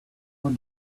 our